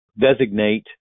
designate